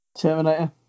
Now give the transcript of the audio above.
Terminator